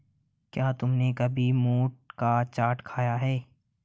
क्या तुमने कभी मोठ का चाट खाया है?